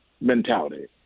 mentality